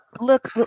look